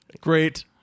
Great